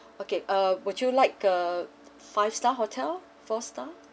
okay uh would you like a five star hotel four star